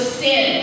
sin